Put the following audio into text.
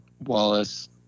Wallace